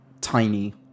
tiny